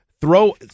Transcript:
Throw